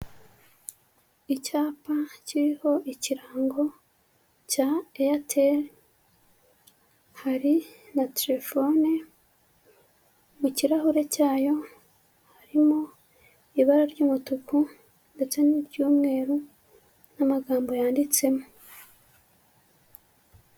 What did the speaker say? Icyapa kiriho ikirango cya AIRTEL, hari na telefone, mu kirahure cyayo harimo ibara ry'umutuku ndetse n'iry'umweru n'amagambo yanditsemo.